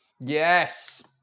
Yes